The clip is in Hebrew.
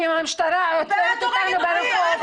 כי המשטרה עוצרת אותנו ברחוב,